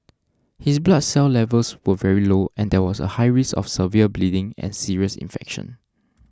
his blood cell levels were very low and there was a high risk of severe bleeding and serious infection